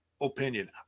opinion